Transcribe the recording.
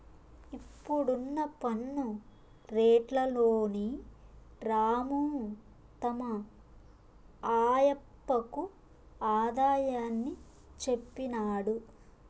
ఇప్పుడున్న పన్ను రేట్లలోని రాము తమ ఆయప్పకు ఆదాయాన్ని చెప్పినాడు